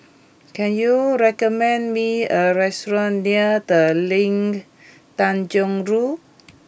can you recommend me a restaurant near The Ling Tanjong Rhu